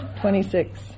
Twenty-six